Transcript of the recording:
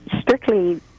strictly